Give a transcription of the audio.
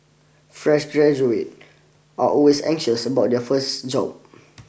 fresh graduate are always anxious about their first job